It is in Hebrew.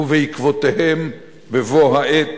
ובעקבותיהם, בבוא העת,